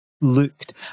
looked